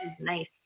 Nice